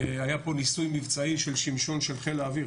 היה פה ניסוי מבצעי של שמשון של חיל האוויר,